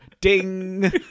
ding